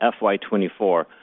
FY24